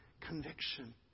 Conviction